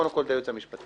קודם כול את היועץ המשפטי,